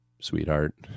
sweetheart